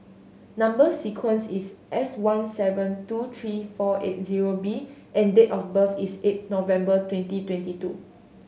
number sequence is S one seven two three four eight zero B and date of birth is eight November twenty twenty two